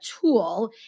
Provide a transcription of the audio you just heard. tool